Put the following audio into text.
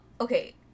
Okay